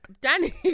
danny